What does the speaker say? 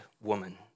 woman